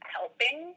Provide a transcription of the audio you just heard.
helping